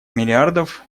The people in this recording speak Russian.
миллиардов